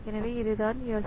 எனவே அதுதான் யோசனை